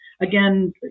Again